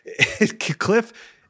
Cliff –